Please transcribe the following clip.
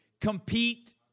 Compete